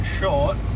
short